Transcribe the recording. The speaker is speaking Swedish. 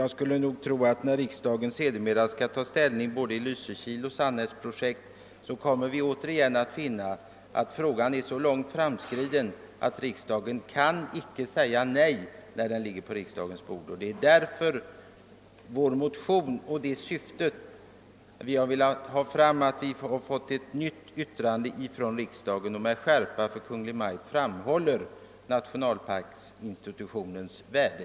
Jag skulle tro att riksdagen när den sedermera skall ta ställning i Lysekilsoch Sannäsprojekten återigen kommer att finna att projekteringen är så långt framskriden, att riksdagen icke kan säga nej då frågan läggs på riksdagens bord. Det är därför vi har velat åstadkomma ett nytt yttrande, i vilket riksdagen med skärpa för Kungl. Maj:t framhåller = nationalparksinstitutionens värde.